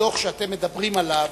הדוח שאתם מדברים עליו,